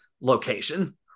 location